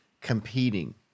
competing